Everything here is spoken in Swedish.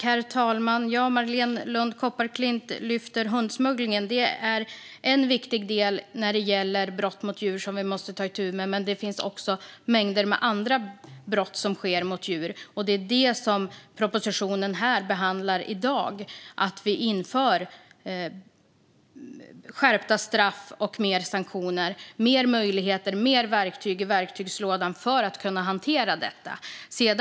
Herr talman! Marléne Lund Kopparklint lyfter fram hundsmugglingen. Det är en viktig del när det gäller brott mot djur som vi måste ta itu med, men det finns också mängder av andra brott som sker mot djur. Det är det som propositionen här behandlar i dag, alltså att vi inför skärpta straff och sanktioner och mer möjligheter och verktyg i verktygslådan för att kunna hantera detta.